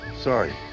Sorry